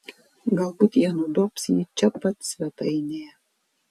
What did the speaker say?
galbūt jie nudobs jį čia pat svetainėje